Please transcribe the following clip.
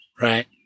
Right